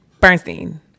Bernstein